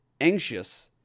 anxious